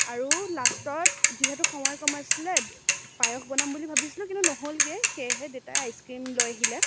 আৰু লাষ্টত যিহেতু সময় কম আছিলে পায়স বনাম বুলি ভাবিছিলোঁ কিন্তু নহ'লগৈ সেয়েহে দেতাই আইচক্ৰিম লৈ আহিলে